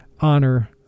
honor